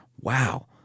Wow